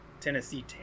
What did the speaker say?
Tennessee